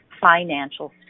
financial